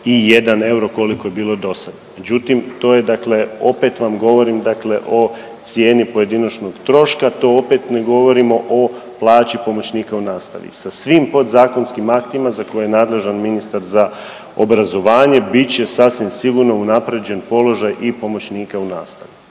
601 euro koliko je bilo do sad. Međutim, to je dakle opet vam govorim, dakle o cijeni pojedinačnog troška. To opet ne govorimo o plaći pomoćnika u nastavi. Sa svim podzakonskim aktima za koje je nadležan ministar za obrazovanje bit će sasvim sigurno unaprijeđen položaj i pomoćnika u nastavi